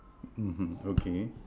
mmhmm okay